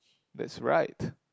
that's right